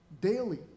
daily